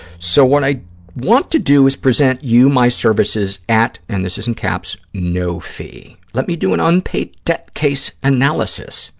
so, what i want to do is present you my services at, and this is in caps, no fee. let me do an unpaid-debt case analysis